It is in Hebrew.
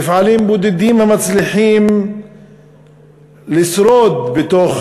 מפעלים בודדים המצליחים לשרוד בתוך